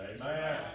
Amen